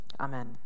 Amen